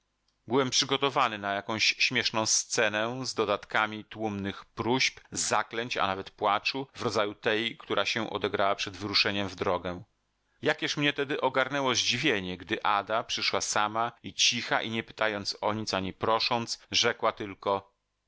byłem przygotowany na jakąś śmieszną scenę z dodatkami tłumnych próśb zaklęć a nawet płaczu w rodzaju tej która się odegrała przed wyruszeniem w drogę jakież mnie tedy ogarnęło zdziwienie gdy ada przyszła sama i cicha i nie pytając o nic ani prosząc rzekła tylko